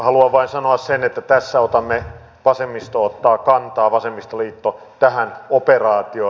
haluan vain sanoa sen että tässä vasemmistoliitto ottaa kantaa tähän operaatioon